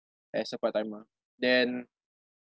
as a part-timer then